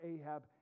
Ahab